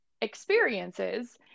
experiences